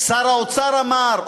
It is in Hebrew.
"שר האוצר אמר",